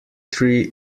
tree